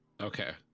Okay